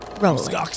Rolling